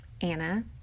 Anna